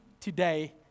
today